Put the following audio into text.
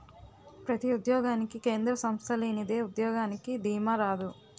ప్రతి ఉద్యోగానికి కేంద్ర సంస్థ లేనిదే ఉద్యోగానికి దీమా రాదు